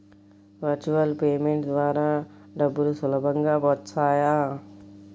Virtual payment ద్వారా డబ్బులు సులభంగా వస్తాయా?